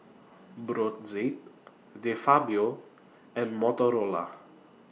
Brotzeit De Fabio and Motorola